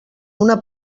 una